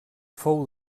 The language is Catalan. fou